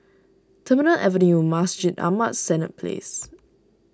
Terminal Avenue Masjid Ahmad Senett Place